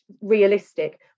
realistic